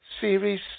series